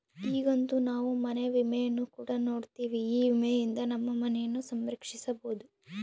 ಈಗಂತೂ ನಾವು ಮನೆ ವಿಮೆಯನ್ನು ಕೂಡ ನೋಡ್ತಿವಿ, ಈ ವಿಮೆಯಿಂದ ನಮ್ಮ ಮನೆಯನ್ನ ಸಂರಕ್ಷಿಸಬೊದು